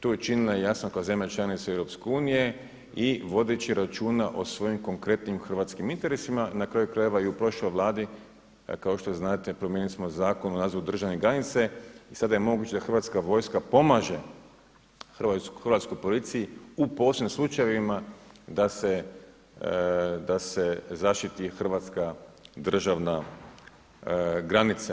To je učinila jasno kao zemlja članica EU i vodeći računa o svojim konkretnim hrvatskim interesima, na kraju krajeva i u prošloj Vladi kao što znate promijenili smo Zakon o nadzoru državne granice i sada je moguće da Hrvatska vojska pomaže hrvatskoj policiji u posebnim slučajevima da se zaštititi hrvatska državna granica.